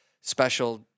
special